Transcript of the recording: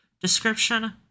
description